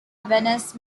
venice